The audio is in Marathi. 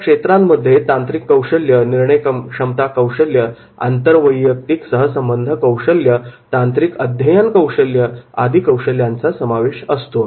या क्षेत्रांमध्ये तांत्रिक कौशल्य निर्णय क्षमता कौशल्य आंतरवैयक्तिक सहसंबंध कौशल्य तांत्रिक अध्ययन कौशल्य यांचा समावेश असतो